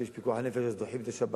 כשיש פיקוח נפש אז דוחים את השבת,